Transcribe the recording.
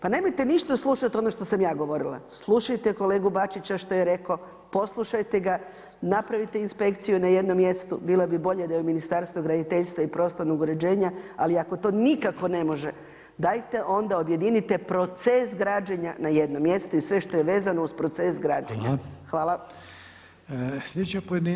Pa nemojte ništa slušati ono što sam ja govorila, slušajte kolegu Bačića što je rekao, poslušajte ga, napravite inspekciju na jednom mjestu, bilo bi bolje da je u Ministarstvu graditeljstva i prostornog uređenja ali ako to nikako ne može dajte onda objedinite proces građenja na jedno mjesto i sve što je vezano uz proces građenja.